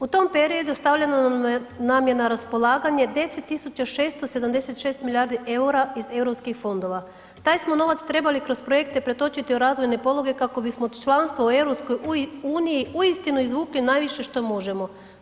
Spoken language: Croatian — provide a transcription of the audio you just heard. U tom periodu stavljeno nam je na raspolaganje 10.676 milijardi EUR-a iz EU fondova, taj smo novac trebali kroz projekte pretočiti u razvojne poluge kako bismo članstvo u EU uistinu izvukli najviše što možemo.